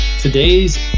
Today's